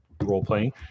role-playing